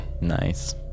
nice